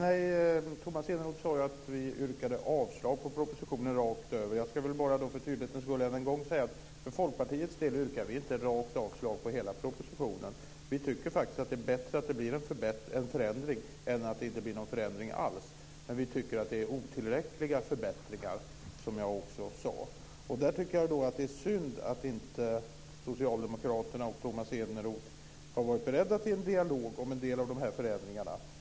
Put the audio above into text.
Fru talman! Tomas Eneroth sade att vi rakt av yrkade avslag på propositionen. Jag ska för tydlighetens skull än en gång säga att vi för Folkpartiets del inte yrkar avslag rakt av på hela propositionen. Vi tycker faktiskt att det är bättre att det blir en förändring än att det inte blir någon förändring alls, men vi tycker, som jag också sade, att förbättringarna är otillräckliga. Det är synd att inte socialdemokraterna och Tomas Eneroth har varit beredda till en dialog om en del av dessa förändringar.